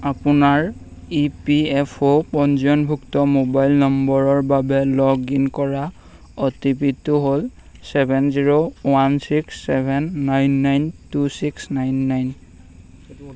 আপোনাৰ E P F O পঞ্জীয়নভুক্ত mobile নম্বৰৰ বাবে লগ ইন কৰা অ' টি পি টো হ'ল seven zero one six seven nine nine two six nine nine